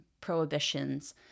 prohibitions